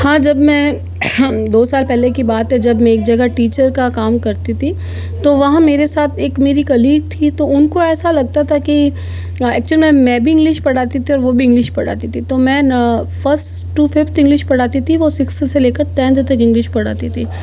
हाँ जब मैं दो साल पहले की बात है जब मैं एक जगह टीचर का काम करती थी तो वहाँ मेरे साथ एक मेरी कोलीग थी तो उनको ऐसा लगता था कि वहाँ एक्चुअल में मैं भी इंगलिश पढ़ाती थी और वो भी इंगलिश पढ़ाती थी तो मैं फर्स्ट तो फिफ्थ इंगलिश पढ़ाती थी वो सिक्स्थ से ले कर टेंथ तक इंगलिश पढ़ाती थी